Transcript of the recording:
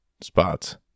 spots